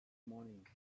morning